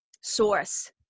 source